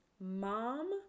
mom